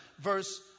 verse